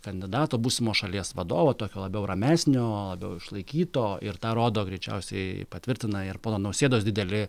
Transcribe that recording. kandidato būsimo šalies vadovo tokio labiau ramesnio labiau išlaikyto ir tą rodo greičiausiai patvirtina ir pono nausėdos dideli